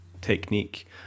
technique